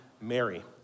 Mary